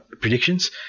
predictions